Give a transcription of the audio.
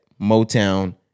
Motown